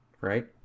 Right